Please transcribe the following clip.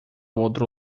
outro